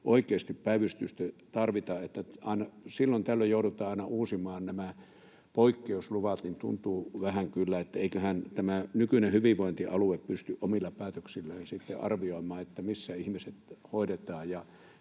oikeasti päivystystä tarvita. Aina silloin tällöin joudutaan uusimaan nämä poikkeusluvat, niin tuntuu vähän kyllä siltä, että eiköhän tämä nykyinen hyvinvointialue pysty omilla päätöksillään sitten arvioimaan, missä ihmiset hoidetaan